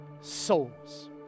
souls